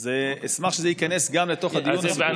ולכן אשמח שזה ייכנס גם לתוך הדיון, הסיפור הזה.